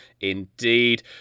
indeed